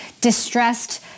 distressed